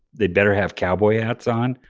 they better have cowboy ah hats on.